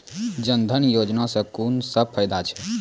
जनधन योजना सॅ कून सब फायदा छै?